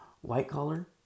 white-collar